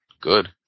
Good